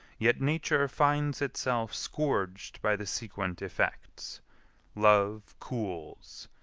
yet nature finds itself scourged by the sequent effects love cools,